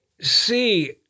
see